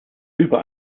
über